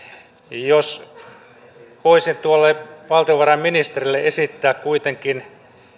jos voisin valtiovarainministerille esittää kuitenkin